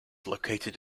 located